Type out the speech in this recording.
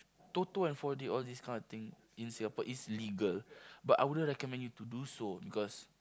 Toto and four-D all this kind of thing in Singapore is legal but I wouldn't recommend you to do so because